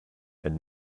elle